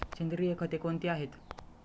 सेंद्रिय खते कोणती आहेत?